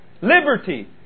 liberty